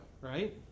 right